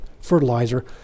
fertilizer